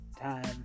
time